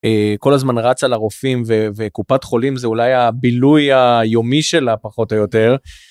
כל הזמן רץ על הרופאים וקופת חולים זה אולי הבילוי היומי שלה פחות או יותר.